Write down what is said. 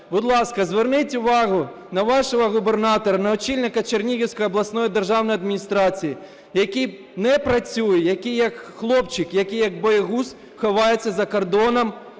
будь ласка, зверніть увагу на вашого губернатора, на очільника Чернігівської обласної державної адміністрації, який не працює, який як хлопчик, як боягуз ховається за кордоном